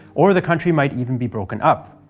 or the country might even be broken up.